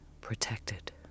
protected